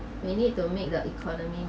we need to make the economy